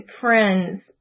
friends